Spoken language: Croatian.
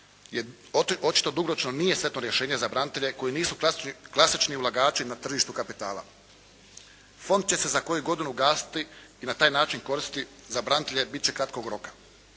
očito dugoročno nije sretno rješenje za branitelje koji nisu klasični ulagači na tržištu kapitala. Fond će se za koju godinu ugasiti i na taj način koristi za branitelje bit će kratkog roka.